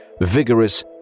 Vigorous